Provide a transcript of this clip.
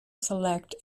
select